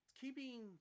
keeping